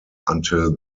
until